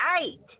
Eight